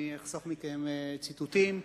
אני אחסוך מכם ציטוטים,